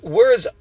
words